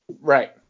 Right